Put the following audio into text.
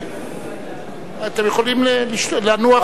אתם יכולים לנוח,